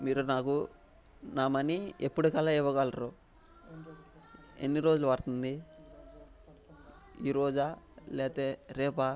మీరు నాకు నా మనీ ఎప్పుడికల్లా ఇవ్వగలరు ఎన్ని రోజులు పడుతుంది ఈ రోజా లేతే రేపా